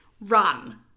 run